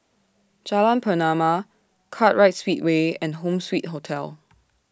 Jalan Pernama Kartright Speedway and Home Suite Hotel